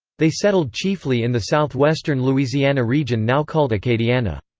they settled chiefly in the southwestern louisiana region now called acadiana.